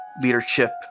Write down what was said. leadership